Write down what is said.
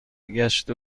گشت